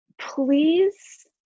please